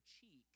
cheek